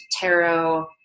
tarot